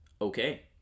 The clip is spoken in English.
Okay